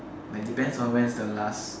like depends on when's the last